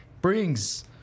brings